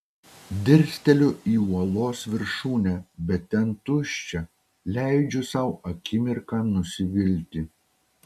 dirsteliu į uolos viršūnę bet ten tuščia leidžiu sau akimirką nusivilti